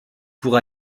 pour